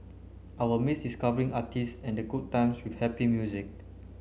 I will miss discovering artists and the good times with happy music